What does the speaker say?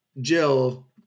Jill